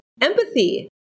empathy